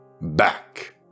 back